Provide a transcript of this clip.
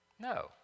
No